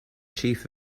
chief